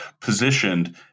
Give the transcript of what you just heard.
positioned